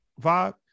vibe